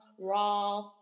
raw